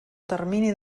termini